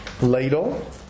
ladle